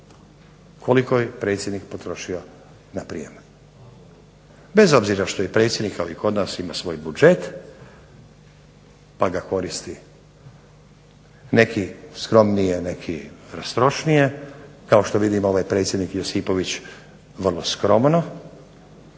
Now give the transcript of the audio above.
koliko je predsjednik potrošio na prijem. Bez obzira što je predsjednik kao i kod nas ima svoj budžet pa ga koristi, neki skromnije, neki rastrošnije. Kao što vidimo ovaj predsjednik Josipović vrlo skromno,